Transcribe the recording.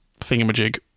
thingamajig